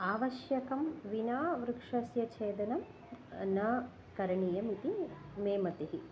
आवश्यकं विना वृक्षस्य छेदनं न करणीयम् इति मे मतिः